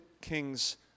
king's